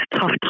tough